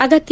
ಅಗತ್ಯ